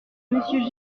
monsieur